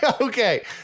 Okay